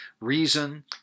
reason